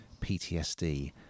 PTSD